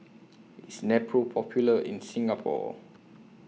IS Nepro Popular in Singapore